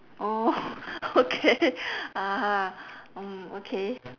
oh okay ah mm okay